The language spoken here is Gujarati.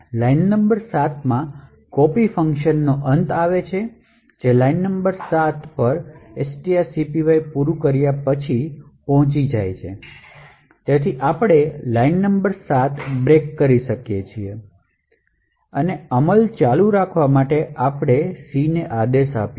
લાઇન નંબર 7 માં copier funciton નો અંત આવે છે જે લાઇન નંબર 7 strcpy પૂરું કર્યા પછી પહોંચી જાય છે તેથી આપણે લાઇન નંબર 7 break કરી શકીએ અને અમલ ચાલુ રાખવા માટે આપણે c ને આદેશ આપ્યો